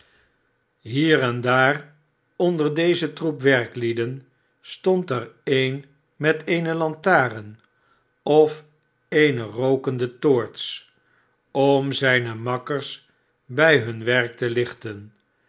hier en daar onder dezen troep werklieden stond er een met eene lantaren of eene rookende toorts om zijne makkers bij hun werk te lichten